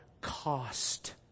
cost